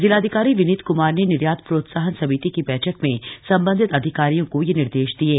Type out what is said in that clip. जिलाधिकारी विनीत कुमार ने निर्यात प्रोत्साहन समिति की बैठक में संबंधित अधिकारियों को यह निर्देश दिये